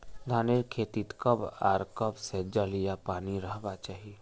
धानेर खेतीत कब आर कब से जल या पानी रहबा चही?